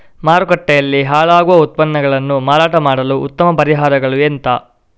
ಮಾರುಕಟ್ಟೆಯಲ್ಲಿ ಹಾಳಾಗುವ ಉತ್ಪನ್ನಗಳನ್ನು ಮಾರಾಟ ಮಾಡಲು ಉತ್ತಮ ಪರಿಹಾರಗಳು ಎಂತ?